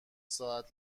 ساعت